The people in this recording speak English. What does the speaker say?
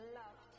love